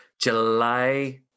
July